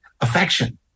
affection